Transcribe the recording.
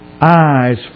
eyes